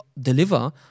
deliver